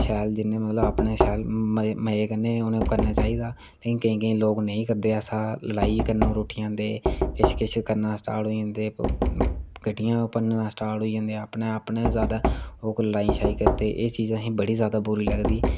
शैल मतलव अपने मजे कन्नै करना चाही दी केईं केईं लोग नेईं करदे ऐसा लड़ाई करने पर उट्ठी जंदे किश किश करना स्टार्ट होई जंदे गड्डियां भन्नना स्टार्ट होई जंदे अपना लोग लड़ाई करदे ओह् चीज असेंगी बड़ी जादा बुरी लगदी